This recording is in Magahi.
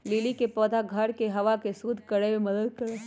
लिली के पौधा घर के हवा के शुद्ध करे में मदद करा हई